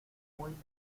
muy